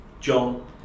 John